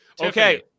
okay